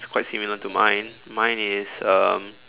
it's quite similar to mine mine is um